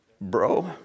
Bro